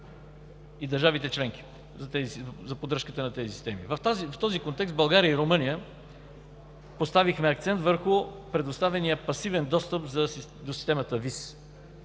на държавите – членки за поддръжката на тези системи. В този контекст България и Румъния поставиха акцент върху предоставения пасивен достъп до системата ВИС